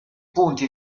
punti